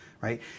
right